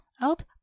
Out